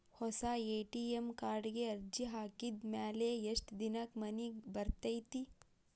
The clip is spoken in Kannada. ಹೊಸಾ ಎ.ಟಿ.ಎಂ ಕಾರ್ಡಿಗೆ ಅರ್ಜಿ ಹಾಕಿದ್ ಮ್ಯಾಲೆ ಎಷ್ಟ ದಿನಕ್ಕ್ ಮನಿಗೆ ಬರತೈತ್ರಿ?